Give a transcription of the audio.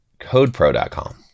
codepro.com